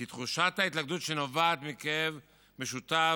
כי תחושת ההתלכדות שנובעת מכאב משותף,